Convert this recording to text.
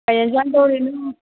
ꯀꯔꯤ ꯌꯥꯟꯁꯥꯡ ꯇꯧꯔꯤꯅꯣ